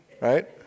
Right